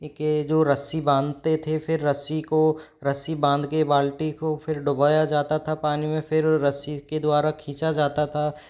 के जो रस्सी बाँधते थे फिर रस्सी को रस्सी बाँध के बाल्टी को फिर डुबाया जाता था पानी में फिर रस्सी के द्वारा खींचा जाता था